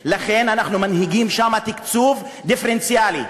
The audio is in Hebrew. לכן אנחנו מנהיגים שם תקצוב דיפרנציאלי,